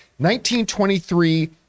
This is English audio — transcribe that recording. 1923